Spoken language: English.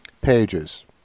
pages